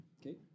Okay